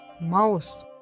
mouse